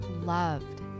loved